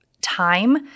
time